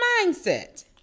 mindset